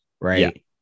right